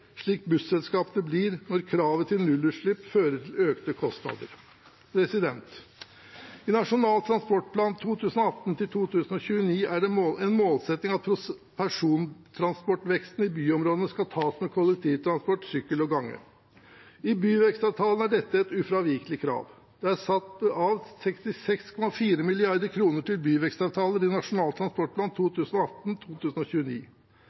slik busselskapenes blir når kravet til nullutslipp fører til økte kostnader. I Nasjonal transportplan 2018–2029 er det en målsetting at persontransportveksten i byområdene skal tas med kollektivtransport, sykkel og gange. I byvekstavtalene er dette et ufravikelig krav. Det er satt av 66,4 mrd. kr til byvekstavtaler i Nasjonal transportplan